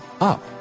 up